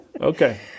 Okay